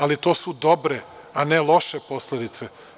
Ali, to su dobre, a ne loše posledice.